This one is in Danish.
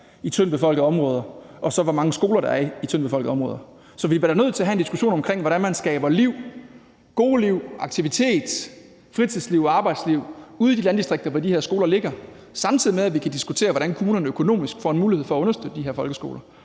i tyndtbefolkede områder, og så hvor mange skoler der er i tyndtbefolkede områder. Så vi bliver da nødt til at have en diskussion om, hvordan man skaber liv, gode liv, aktivitet, fritidsliv og arbejdsliv ude i de landdistrikter, hvor de her skoler ligger, samtidig med at vi kan diskutere, hvordan kommunerne økonomisk får en mulighed for at understøtte de her folkeskoler.